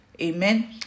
Amen